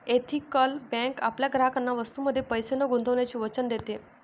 ethical bank आपल्या ग्राहकांना वस्तूंमध्ये पैसे न गुंतवण्याचे वचन देते